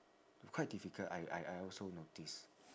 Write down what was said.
quite difficult I I I also notice